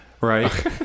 right